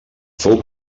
fou